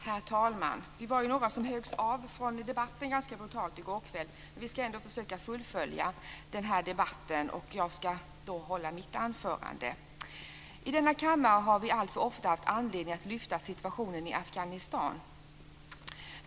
Herr talman! Vi var några som ganska brutalt höggs av i debatten i går kväll, men vi ska ändå försöka fullfölja den. Jag ska nu hålla mitt anförande. I denna kammare har vi alltför ofta haft anledning att lyfta fram situationen i Afghanistan.